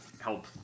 help